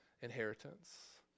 inheritance